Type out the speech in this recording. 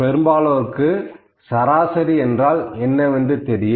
பெரும்பாலோருக்கு சராசரி என்றால் என்னவென்று தெரியும்